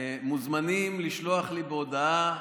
מוזמנים לשלוח לי בהודעה.